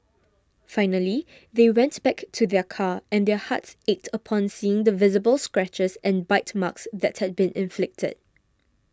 finally they went back to their car and their hearts ached upon seeing the visible scratches and bite marks that had been inflicted